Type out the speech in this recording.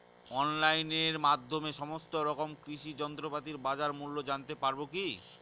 অনলাইনের মাধ্যমে সমস্ত রকম কৃষি যন্ত্রপাতির বাজার মূল্য জানতে পারবো কি?